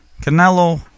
Canelo